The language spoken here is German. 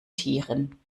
tieren